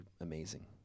amazing